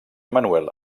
manuel